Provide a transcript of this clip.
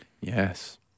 yes